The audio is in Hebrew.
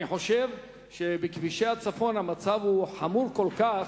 אני חושב שבכבישי הצפון המצב הוא חמור כל כך,